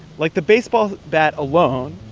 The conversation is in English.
like, the baseball bat alone